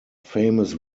famous